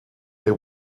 they